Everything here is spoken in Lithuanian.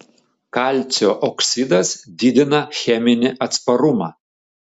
kalcio oksidas didina cheminį atsparumą